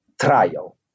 trial